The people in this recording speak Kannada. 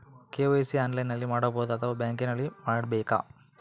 ಕೆ.ವೈ.ಸಿ ಆನ್ಲೈನಲ್ಲಿ ಮಾಡಬಹುದಾ ಅಥವಾ ಬ್ಯಾಂಕಿನಲ್ಲಿ ಮಾಡ್ಬೇಕಾ?